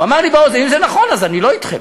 הוא אמר לי באוזן, אם זה נכון אז אני לא אתכם.